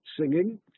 singing